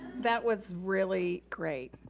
that was really great.